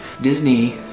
Disney